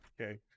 Okay